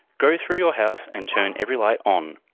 go through your house and turn every light on.